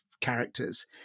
characters